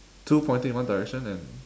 two pointing in one direction and